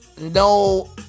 No